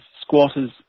squatters